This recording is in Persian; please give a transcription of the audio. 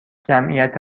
جمعیت